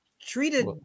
treated